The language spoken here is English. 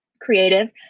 creative